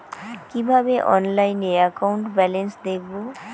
কিভাবে অনলাইনে account balance দেখবো?